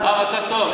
המצב טוב,